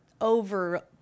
over